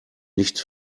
nicht